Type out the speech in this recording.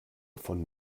von